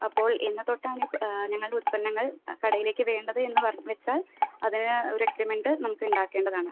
അപ്പോൾ എന്ന് തൊട്ടാണ് ഞങ്ങളുടെ ഉൽപ്പന്നങ്ങൾ കടയിലേക്ക് വേണ്ടത് എന്ന് വെച്ചാൽ അതിന് ഒരു എഗ്രിമെൻറ്റ് നമുക്ക് ഉണ്ടാക്കേണ്ടതാണ്